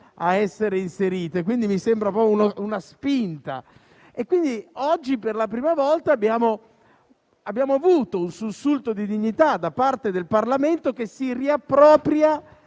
a essere inserite e, quindi, mi sembra proprio una spinta. Oggi, per la prima volta abbiamo avuto un sussulto di dignità da parte del Parlamento, che si riappropria